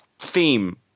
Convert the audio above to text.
theme